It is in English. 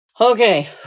Okay